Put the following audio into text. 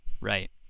Right